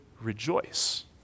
rejoice